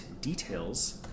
details